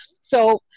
So-